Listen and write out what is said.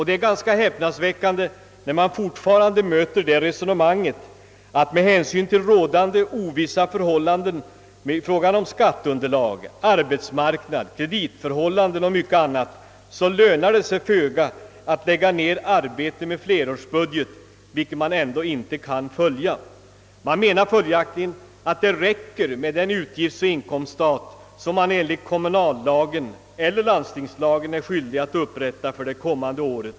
Det är ganska häpnadsväckande när man fortfarande möter resonemanget att det med hänsyn till rådande ovissa förhållanden i fråga om skatteunderlag, arbetsmarknad, krediter och mycket annat lönar sig föga att lägga ned arbete på en flerårsbudget som man ändå inte kan följa. Man menar följaktligen att det räcker med den utgiftsoch inkomststat som man enligt kommunallagen eller landstingslagen är skyldig att upprätta för det kommande året.